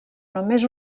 només